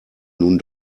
nun